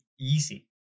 easy